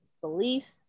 beliefs